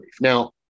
Now